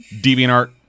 DeviantArt